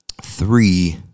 three